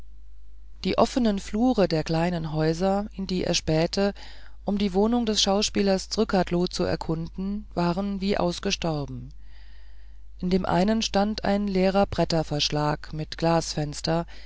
die offenen flure der kleinen häuser in die er spähte um die wohnung des schauspielers zrcadlo zu erkunden waren wie ausgestorben in dem einen stand ein leerer bretterverschlag mit